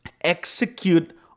execute